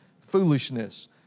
foolishness